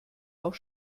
auch